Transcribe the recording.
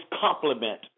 complement